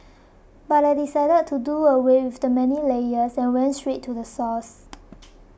but I decided to do away with the many layers and went straight to the source